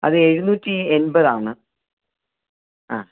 അത് എഴുന്നൂറ്റി എൺപതാണ് ആ